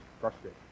frustrated